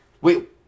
Wait